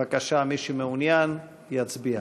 בבקשה, מי שמעוניין, יצביע.